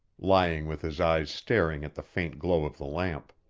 lying with his eyes staring at the faint glow of the lamp.